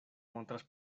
montras